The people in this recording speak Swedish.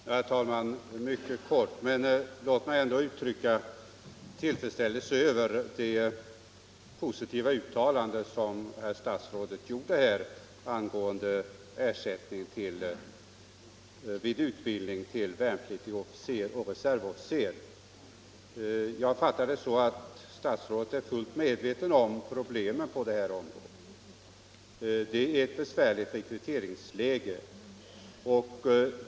Herr talman! Låt mig mycket kort uttrycka min tillfredsställelse över det positiva uttalandet som herr statsrådet gjorde här angående ersättning vid utbildning till värnpliktig officer och reservofficer. Jag fattar det så att statsrådet är fullt medveten om problemen på området och beredd vidtaga åtgärder. Rekryteringsläget är besvärligt.